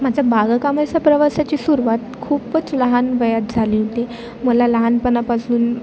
माझा बागकामाच्या प्रवासाची सुरवात खूपच लहान वयात झाली होती मला लहानपणापासून